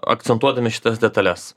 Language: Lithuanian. akcentuodami šitas detales